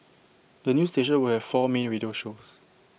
the new station will have four main radio shows